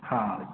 ਹਾਂ